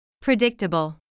Predictable